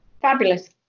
fabulous